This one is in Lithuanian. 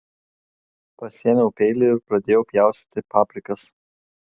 pasiėmiau peilį ir padėjau pjaustyti paprikas